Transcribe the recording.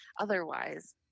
otherwise